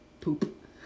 poop